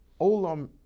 Olam